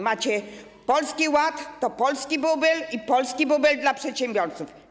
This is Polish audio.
Macie Polski Ład, to polski bubel i polski bubel dla przedsiębiorców.